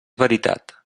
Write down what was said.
veritat